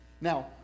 Now